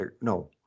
No